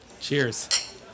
Cheers